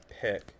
pick